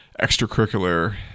extracurricular